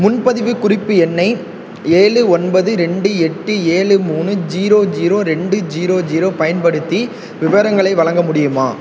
முன்பதிவு குறிப்பு எண்ணை ஏழு ஒன்பது ரெண்டு எட்டு ஏழு மூணு ஜீரோ ஜீரோ ரெண்டு ஜீரோ ஜீரோ பயன்படுத்தி விவரங்களை வழங்க முடியுமா